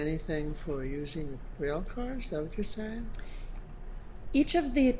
anything for using real each of the